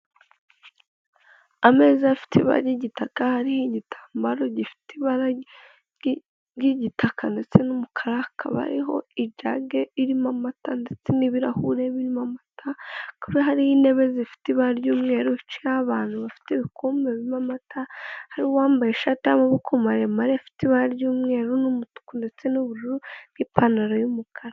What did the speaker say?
Ameza afite ibara ry'igitaka hari igitambaro gifite ibara ry'igitaka ndetse n'umukara ndetse hakaba ariho ijage irimo amata ndetse n'ibirahuri birimo amata kuko hari intebe zifite ibara ry'umweru hicayeho abantu bafite ibikumbe birimo amata hari uwambaye ishate y'amaboko maremare afite ibara ry'umweru n'umutuku ndetse n'ubururu bw'ipantaro y'umukara.